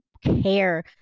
care